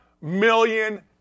million